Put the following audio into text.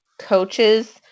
coaches